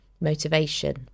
motivation